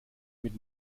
mit